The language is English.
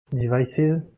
devices